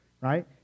right